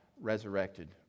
resurrected